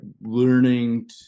learning